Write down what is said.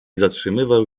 zatrzymywał